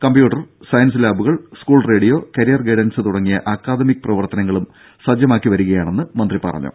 computer science ലാബുകൾ school radio career guidance തുടങ്ങിയ academic പ്രവർത്തനങ്ങളും സജ്ജമായി വരികയാണെന്ന് മന്ത്രി പറഞ്ഞു